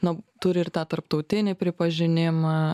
na turi ir tą tarptautinį pripažinimą